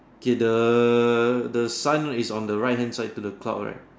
okay the the sun is on the right hand side to the cloud right